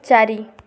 ଚାରି